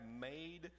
made